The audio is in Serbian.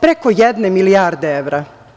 prekoj jedne milijarde evra.